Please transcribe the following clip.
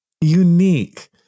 unique